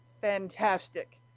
fantastic